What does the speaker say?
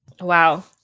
Wow